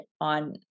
on